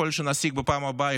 יכול להיות שנשיג בפעם הבאה,